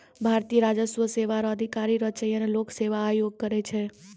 भारतीय राजस्व सेवा रो अधिकारी रो चयन लोक सेवा आयोग करै छै